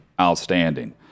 outstanding